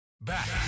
Back